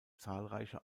zahlreiche